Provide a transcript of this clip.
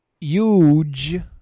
huge